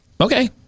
Okay